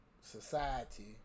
society